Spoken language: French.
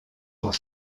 pour